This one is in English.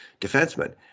defenseman